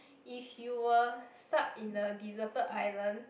if you were stuck in a deserted island